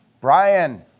Brian